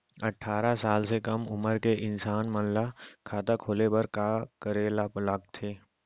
अट्ठारह साल से कम उमर के इंसान मन ला खाता खोले बर का करे ला लगथे?